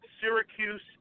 Syracuse